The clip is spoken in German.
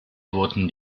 wurden